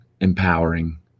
empowering